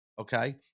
okay